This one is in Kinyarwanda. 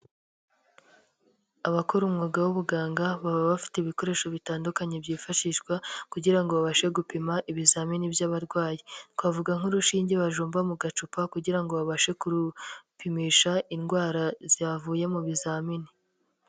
Abakora umwuga w'ubuganga baba bafite ibikoresho bitandukanye byifashishwa kugira ngo babashe gupima ibizamini by'abarwayi. Twavuga nk'urushinge bajomba mu gacupa kugira ngo babashe kurupimisha indwara zavuye mu bizamini.